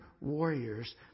warriors